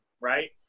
right